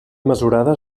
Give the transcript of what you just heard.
mesurada